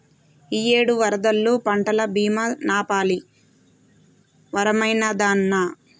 ఇయ్యేడు వరదల్లో పంటల బీమా నాపాలి వరమైనాదన్నా